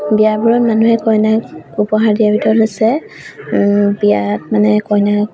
বিয়াবোৰত মানুহে কইনাক উপহাৰ দিয়াৰ ভিতৰত হৈছে বিয়াত মানে কইনাক